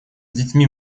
детьми